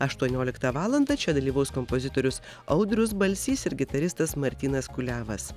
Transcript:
aštuonioliktą valandą čia dalyvaus kompozitorius audrius balsys ir gitaristas martynas kuliavas